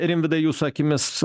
rimvydai jūsų akimis